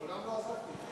מעולם לא עזבתי.